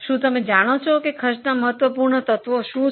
શું તમે જાણો છો કે ખર્ચના મહત્વપૂર્ણ તત્વો શું છે